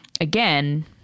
again